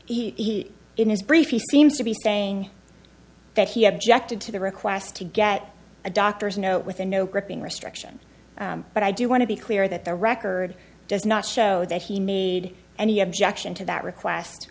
he in his brief he seems to be saying that he had jacked into the request to get a doctor's note with a no gripping restriction but i do want to be clear that the record does not show that he made any objection to that request